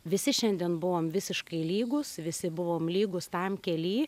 visi šiandien buvom visiškai lygūs visi buvom lygūs tam kely